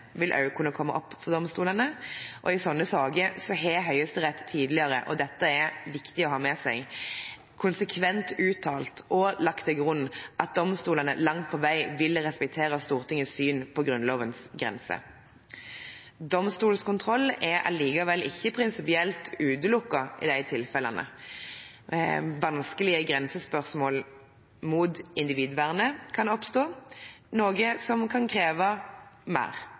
vil også kunne opp for domstolene, og i slike saker har Høyesterett tidligere – og dette er det viktig å ha med seg – konsekvent uttalt og lagt til grunn at domstolene langt på vei vil respektere Stortingets syn på Grunnlovens grense. Domstolskontroll er allikevel ikke prinsipielt utelukket i de tilfellene. Vanskelige grensespørsmål mot individvernet kan oppstå, noe som kan kreve mer